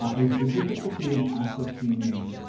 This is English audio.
um is the difficulty in ascertaining